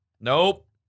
Nope